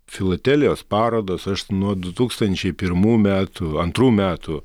filatelijos parodos aš nuo du tūkstančiai pirmų metų antrų metų